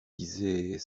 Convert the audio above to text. disaient